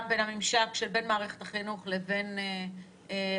בין הממשק שבין מערכת החינוך לבין הצבא.